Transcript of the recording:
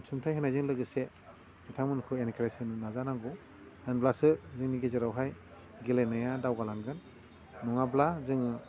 अनसुंथाइ होनायजों लोगोसे बिथांमोनखौ एनकारेस होनो नाजानांगौ होनब्लासो जोंनि गेजेरावहाय गेलेनाया दावगालांगोन नङाब्ला जों